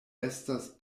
estas